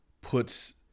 puts